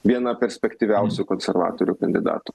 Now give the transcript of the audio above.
viena perspektyviausių konservatorių kandidatų